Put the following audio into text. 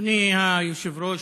אדוני היושב-ראש,